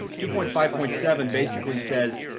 two point five point seven basically says.